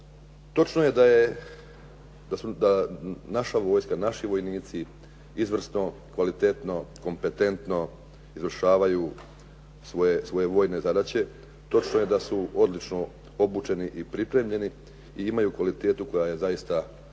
Točno je da je, da naša vojska, naši vojnici izvrsno, kvalitetno, kompetentno izvršavaju svoje vojne zadaće. Točno je da su odlično obučeni i pripremljeni i imaju kvalitetu koja je zaista rekao